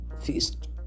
feast